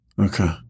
Okay